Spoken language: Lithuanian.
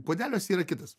puodeliuose yra kitas